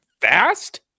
fast